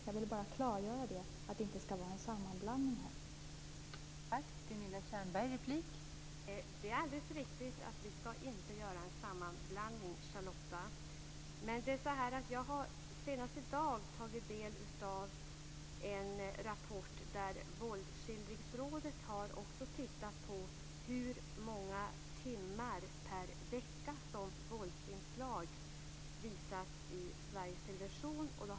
Jag ville bara klargöra att det inte skall vara en sammanblandning här.